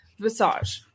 Massage